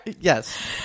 Yes